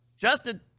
justin